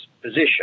position